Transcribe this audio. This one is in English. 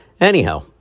Anyhow